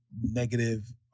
negative